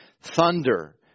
thunder